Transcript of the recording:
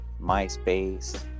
MySpace